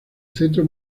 centro